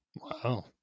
Wow